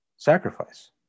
Sacrifice